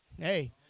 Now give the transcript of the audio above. hey